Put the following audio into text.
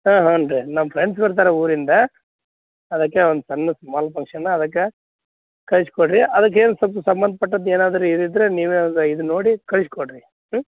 ಹಾಂ ಹ್ಞೂ ರೀ ನಮ್ಮ ಫ್ರೆಂಡ್ಸ್ ಬರ್ತಾರೆ ಊರಿಂದ ಅದಕ್ಕೆ ಒಂದು ಸಣ್ಣ ಸ್ಮಾಲ್ ಫಂಕ್ಷನ್ ಅದಕ್ಕೆ ಕಳಿಸ್ಕೊಡ್ರಿ ಅದಕ್ಕೆ ಏನು ಸಲ್ಪ ಸಂಬಂಧ್ಪಟ್ಟದ್ದು ಏನಾದರೂ ಇದಿದ್ದರೆ ನೀವೇ ಒಂದು ಇದು ನೋಡಿ ಕಳಿಸ್ಕೊಡ್ರಿ ಹ್ಞೂ